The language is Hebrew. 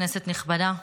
כנסת נכבדה,